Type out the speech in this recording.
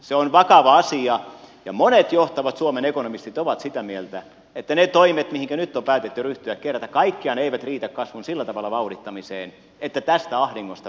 se on vakava asia ja monet johtavat suomen ekonomistit ovat sitä mieltä että ne toimet joihinka nyt on päätetty ryhtyä kerta kaikkiaan eivät riitä kasvun vauhdittamiseen sillä tavalla että tästä ahdingosta päästäisiin ulos